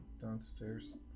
downstairs